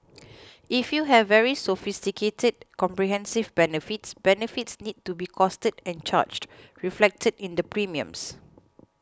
if you have very sophisticated comprehensive benefits benefits need to be costed and charged reflected in the premiums